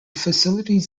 facilities